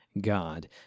God